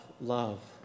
love